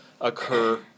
occur